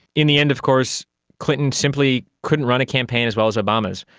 in the end of course clinton simply couldn't run a campaign as well as obama's.